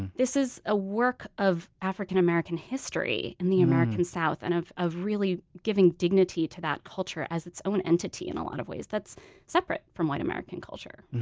this is a work of african american history in the american south, and of of giving dignity to that culture as its own entity in a lot of ways that's separate from white american culture